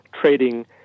trading